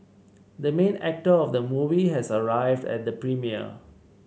the main actor of the movie has arrived at the premiere